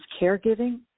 caregiving